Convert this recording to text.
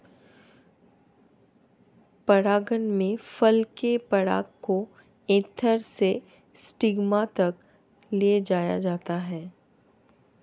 परागण में फल के पराग को एंथर से स्टिग्मा तक ले जाया जाता है